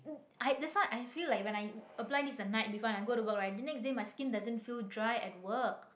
I that's why I feel like when I apply this the night before and I go to work right the next day my skin doesn't feel dry at work